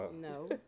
No